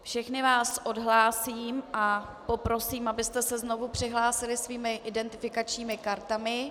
Všechny vás odhlásím a poprosím, abyste se znovu přihlásili svými identifikačními kartami.